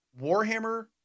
Warhammer